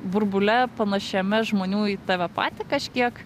burbule panašiame žmonių į tave patį kažkiek